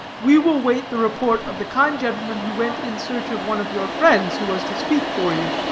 we will wait the report of the kind gentleman who went in search of one of your friends who was to speak for you.